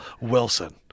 Wilson